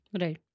Right